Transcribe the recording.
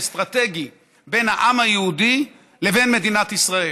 האסטרטגי בין העם היהודי לבין מדינת ישראל.